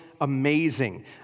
amazing